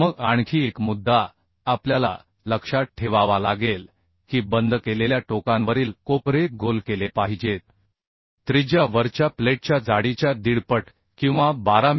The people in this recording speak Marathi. मग आणखी एक मुद्दा आपल्याला लक्षात ठेवावा लागेल की बंद केलेल्या टोकांवरील कोपरे गोल केले पाहिजेत त्रिज्या वरच्या प्लेटच्या जाडीच्या दीडपट किंवा 12 मि